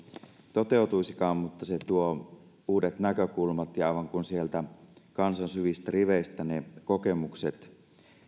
toteutuisikaan mutta se tuo uudet näkökulmat ja aivan kuin sieltä kansan syvistä riveistä ne kokemukset